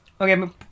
Okay